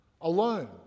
alone